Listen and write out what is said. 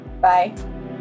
bye